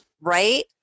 Right